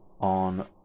On